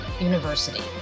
University